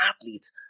athletes